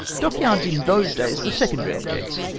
dockyards in those days were secondary objects.